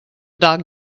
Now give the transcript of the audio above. dog